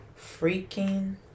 Freaking